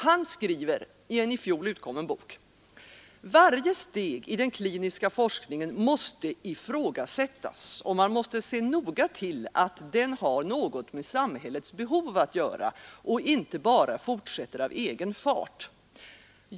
Han skriver i en i fjol utkommen bok: ”Varje steg i den kliniska forskningen måste ifrågasättas, och man måste se noga till att den har något med samhällets behov att göra, och inte bara fortsätter av egen fart.